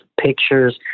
pictures